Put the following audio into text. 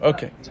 Okay